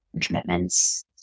commitments